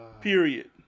Period